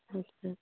ᱟᱪᱪᱷᱟ